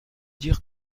dire